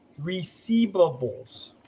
receivables